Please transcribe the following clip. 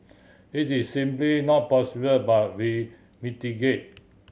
it is simply not possible but we mitigate